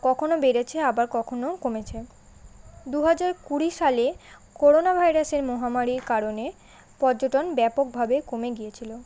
কখনও বেড়েছে আবার কখনও কমেছে দুহাজার কুড়ি সালে করোনা ভাইরাসের মহামারীর কারণে পর্যটন ব্যাপকভাবে কমে গিয়েছিল